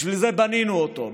בשביל זה בנינו אותו,